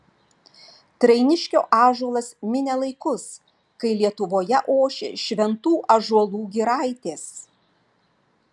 trainiškio ąžuolas minė laikus kai lietuvoje ošė šventų ąžuolų giraitės